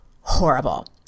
horrible